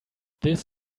this